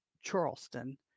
Charleston